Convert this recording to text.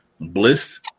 bliss